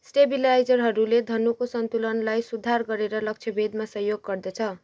स्टेबिलाइजरहरूले धनुको सन्तुलनलाई सुधार गरेर लक्ष्यभेदमा सहयोग गर्दछ